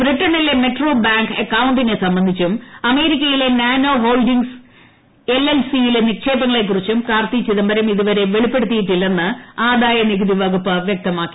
ബ്രിട്ടണിലെ Metro Bank അക്കൌ ിനെ സംബന്ധിച്ചും അമേരിക്കയിലെ nano holdings L L C യിലെ നിക്ഷേപങ്ങളെക്കുറിച്ചും കാർത്തി ചിദംബരം ഇതുവരെ വെളുപ്പെടുത്തിയിട്ടില്ലെന്ന് ആദായനികുതി വകുപ്പ് വ്യക്തമാക്കി